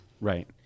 Right